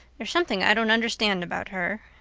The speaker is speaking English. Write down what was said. there's something i don't understand about her.